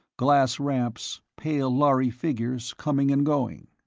glass ramps, pale lhari figures coming and going.